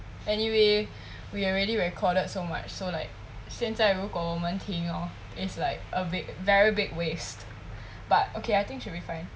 anyway we already recorded so much so like 现在如果我们停 hor it's like a big very big waste but okay I think should be fine